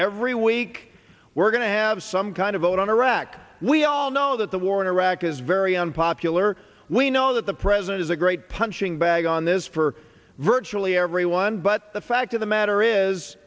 every week we're going to have some kind of vote on a rack we all know that the war in iraq is very unpopular we know that the president is a great punching bag this for virtually everyone but the fact of the matter is